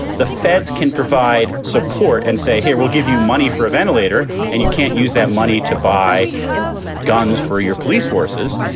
the feds can provide support and say, here, we'll give you money for a ventilator and you can't use that money to buy guns for your police forces.